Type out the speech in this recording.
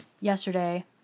yesterday